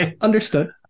Understood